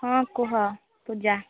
ହଁ କୁହ ପୂଜା